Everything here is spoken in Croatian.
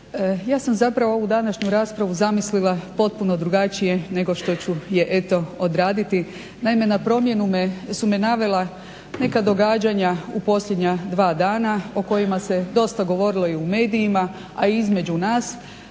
Ja sam zapravo ovu današnju raspravu zamislila potpuno drugačije nego što ću je eto odraditi. Naime, na promjenu su me navela neka događanja u posljednja dva dana o kojima se dosta govorilo i u medijima, a i između nas.